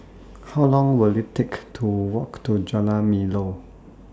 How Long Will IT Take to Walk to Jalan Melor